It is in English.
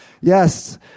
Yes